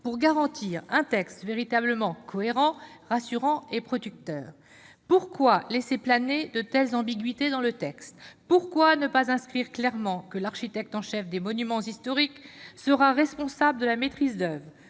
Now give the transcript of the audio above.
pour garantir un texte véritablement cohérent, rassurant et protecteur ? Pourquoi laisser planer de telles ambiguïtés dans le texte ? Pourquoi ne pas y inscrire clairement que l'architecte en chef des monuments historiques sera responsable de la maîtrise d'oeuvre ?